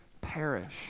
perish